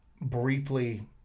briefly